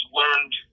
learned